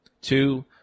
Two